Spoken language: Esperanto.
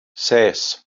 ses